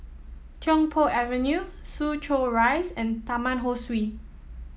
Tiong Poh Avenue Soo Chow Rise and Taman Ho Swee